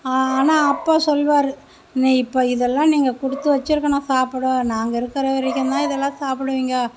ஆனால் அப்பா சொல்வார் நீ இப்போ இதெல்லாம் நீங்கள் கொடுத்து வச்சி இருக்கணும் சாப்பிட நாங்கள் இருக்கிற வரைக்கும் தான் இதெல்லாம் சாப்பிடுவிங்க